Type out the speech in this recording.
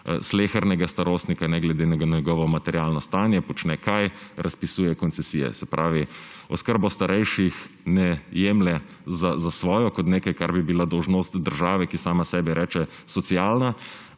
slehernega starostnika, ne glede na njegovo materialno stanje, počne – kaj? Razpisuje koncesije. Oskrbo starejših ne jemlje za svojo, kot nekaj, kar bi bila dolžnost države, ki sama sebi reče socialna,